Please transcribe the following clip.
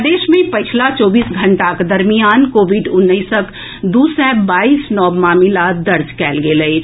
प्रदेश मे पछिला चौबीस घंटाक दरमियान कोविड उन्नैसक दू सय बाईस नव मामिला दर्ज कएल गेल अछि